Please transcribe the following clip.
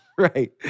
right